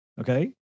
Okay